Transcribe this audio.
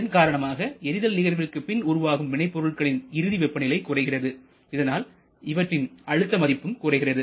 இதன் காரணமாக எரிதல் நிகழ்விற்குப் பின் உருவாகும் விளைபொருள்களின் இறுதி வெப்பநிலை குறைகிறது இதனால் இவற்றின் அழுத்த மதிப்பும் குறைகிறது